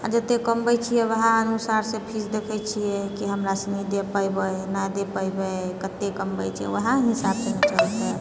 आ जतए कमबए छिए ओएह अनुसारसँ फीस देखए छिऐ कि हमरा सनी दे पयबै नहि दे पयबै कते कमबए छिऐ ओहि हिसाबसँ ने चलतै